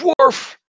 Dwarf